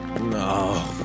No